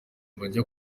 bajya